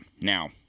Now